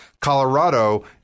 Colorado